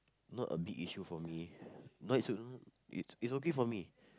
not a big issue for me not is a it's okay for me